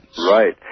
Right